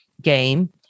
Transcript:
game